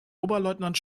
oberleutnant